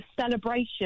celebration